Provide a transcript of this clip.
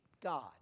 God